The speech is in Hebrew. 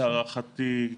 להערכתי,